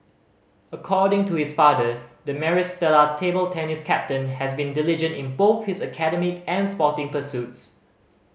according to his father the Maris Stella table tennis captain has been diligent in both his academic and sporting pursuits